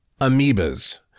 amoebas